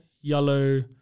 yellow